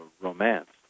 romance